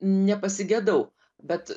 nepasigedau bet